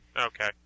Okay